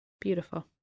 Beautiful